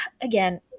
again